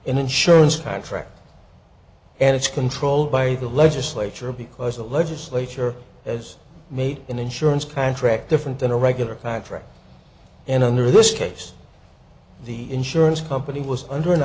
an insurance contract and it's controlled by the legislature because the legislature as made an insurance contract different than a regular contract and under this case the insurance company was under an